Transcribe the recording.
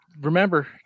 remember